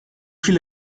viele